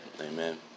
Amen